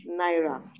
naira